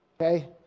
Okay